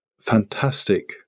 fantastic